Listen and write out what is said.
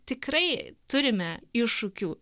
tikrai turime iššūkių